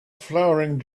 flowering